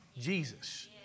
Jesus